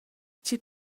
chi